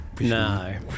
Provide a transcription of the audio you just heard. No